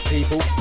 people